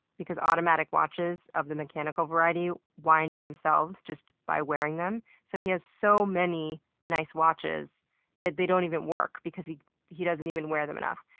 because automatic watches of the mechanical variety wind themselves just by wearing them. so he has so many nice watches that they don't even work, because he he doesn't wear them enough.